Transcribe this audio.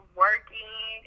working